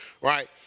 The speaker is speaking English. right